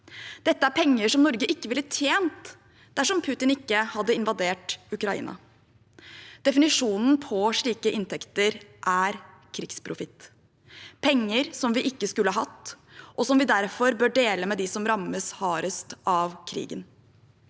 Dette er penger som Norge ikke ville tjent dersom Putin ikke hadde invadert Ukraina. Definisjonen på slike inntekter er krigsprofitt, penger som vi ikke skulle hatt, og som vi derfor bør dele med dem som rammes hardest av krigen.